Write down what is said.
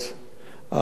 האבטחה.